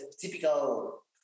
typical